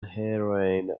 heroin